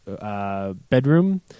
Bedroom